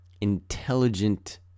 intelligent